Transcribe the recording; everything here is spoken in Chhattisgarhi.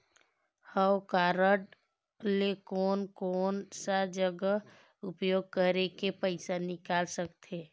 हव कारड ले कोन कोन सा जगह उपयोग करेके पइसा निकाल सकथे?